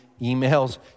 emails